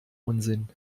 unsinn